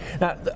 Now